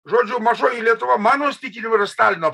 žodžiu mažoji lietuva mano įsitikinimu yra stalino